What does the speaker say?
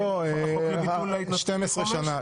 12 שנה.